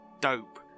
dope